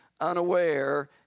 unaware